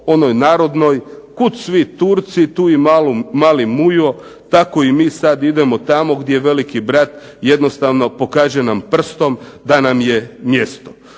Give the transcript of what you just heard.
onoj narodnoj "Kud svi Turci tu i mali Mujo", tako i mi sada idemo tamo gdje veliki brat jednostavno pokaže nam prstom da nam je mjesto.